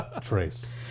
Trace